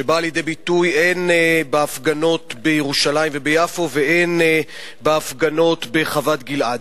שבאה לידי ביטוי הן בהפגנות בירושלים וביפו והן בהפגנות בחוות-גלעד.